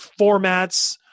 formats